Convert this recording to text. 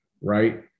right